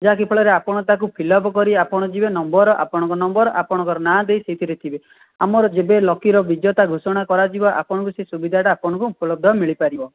ଯାହାକି ଫଳରେ ଆପଣ ତାକୁ ଫିଲ୍ଅପ୍ କରି ଆପଣ ଯିବେ ନମ୍ବର୍ ଆପଣଙ୍କ ନମ୍ବର୍ ଆପଣଙ୍କର ନାଁ ଦେଇ ସେଥିରେ ଯିବେ ଆମର ଯେବେ ଲକିର ବିଜେତା ଘୋଷଣା କରାଯିବ ଆପଣଙ୍କୁ ସେ ସୁବିଧାଟା ଆପଣଙ୍କୁ ଉପଲବ୍ଧ ମିଳିପାରିବ